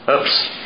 Oops